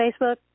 Facebook